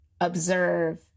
observe